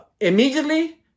immediately